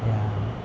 ya